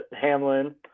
Hamlin